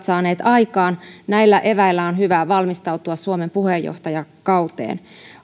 saaneet aikaan näillä eväillä on hyvä valmistautua suomen puheenjohtajakauteen